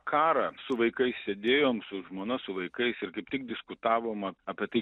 karą su vaikais sėdėjom su žmona su vaikais ir kaip tik diskutavom apie tai